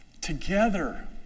together